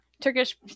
Turkish